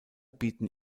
bieten